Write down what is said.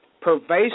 pervasive